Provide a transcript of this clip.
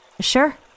Sure